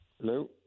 Hello